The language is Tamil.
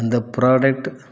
அந்த ப்ராடக்ட்